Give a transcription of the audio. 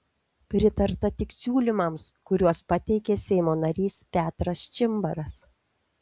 pritarta tik siūlymams kuriuos pateikė seimo narys petras čimbaras